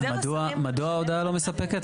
מדוע ההודעה לא מספקת?